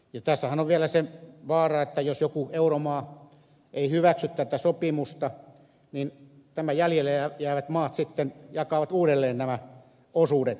tässähän on vielä se vaara että jos joku euromaa ei hyväksy tätä sopimusta niin nämä jäljelle jäävät maat sitten jakavat uudelleen nämä osuudet